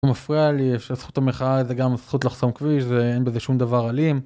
זה מפריע לי, יש לזכות המחאה, זה גם לזכות לחסום כביש, זה אין בזה שום דבר אלים.